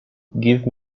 give